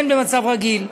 הן במצב רגיל,